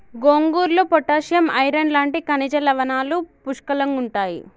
గోంగూరలో potassium, iron లాంటి ఖనిజ లవణాలు పుష్కలంగుంటాయి